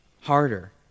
harder